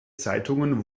zeitungen